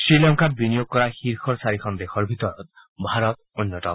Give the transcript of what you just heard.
শ্ৰীলংকাত বিনিয়োগ কৰা শীৰ্ষৰ চাৰিখন দেশৰ ভিতৰত ভাৰত অন্যতম